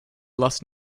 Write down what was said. lost